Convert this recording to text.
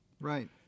Right